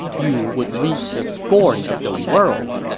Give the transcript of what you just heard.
you would reap the scorn of the world.